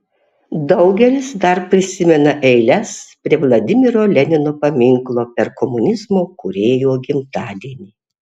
daugelis dar prisimena eiles prie vladimiro lenino paminklo per komunizmo kūrėjo gimtadienį